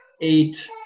eight